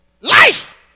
Life